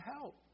help